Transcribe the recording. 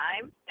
time